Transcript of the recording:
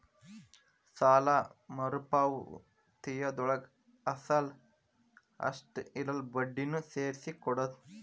ಸಾಲ ಮರುಪಾವತಿಯೊಳಗ ಅಸಲ ಅಷ್ಟ ಇರಲ್ಲ ಬಡ್ಡಿನೂ ಸೇರ್ಸಿ ಕೊಡೋದ್